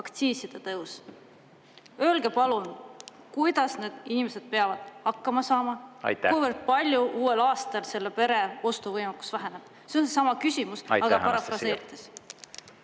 aktsiiside tõus. Öelge palun, kuidas need inimesed peavad hakkama saama. Aitäh! Kui palju uuel aastal selle pere ostuvõime väheneb? See on seesama küsimus, aga parafraseerides.